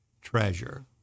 treasure